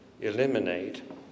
eliminate